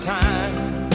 time